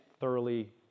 thoroughly